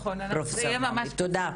תודה.